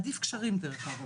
עדיף קשרים דרך אגב,